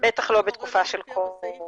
בטח לא בתקופה של קורונה.